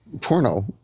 porno